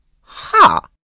Ha